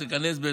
היא תיכנס לתוקף,